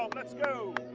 let's go,